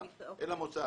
אל המוסד.